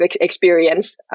experience